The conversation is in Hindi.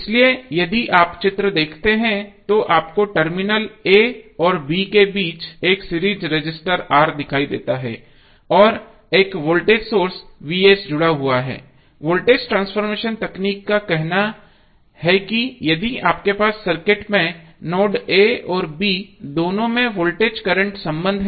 इसलिए यदि आप चित्र को देखते है तो आपको टर्मिनल a और b के बीच एक सीरीज रजिस्टर R दिखाई देता है और एक वोल्टेज सोर्स जुड़ा हुआ है सोर्स ट्रांसफॉर्मेशन तकनीक का कहना है कि यदि आपके पास सर्किट में नोड a और b दोनों में वोल्टेज करंट संबंध है